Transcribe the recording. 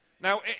Now